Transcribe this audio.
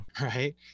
right